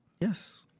Yes